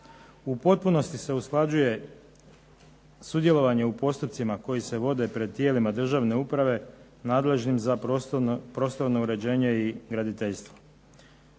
U potpunosti se usklađuje sudjelovanje u postupcima koji se vode pred tijelima državne uprave nadležnim za prostorno uređenje i graditeljstvo.